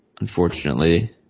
Unfortunately